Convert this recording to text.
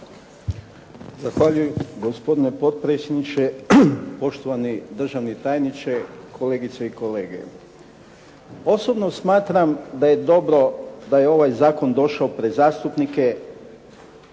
Zahvaljujem gospodine potpredsjedniče, poštovani državni tajniče, kolegice i kolege. Osobno smatram da je dobro da je ovaj zakon došao pred zastupnike,